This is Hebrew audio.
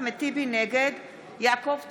נגד יעקב טסלר,